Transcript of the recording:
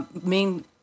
main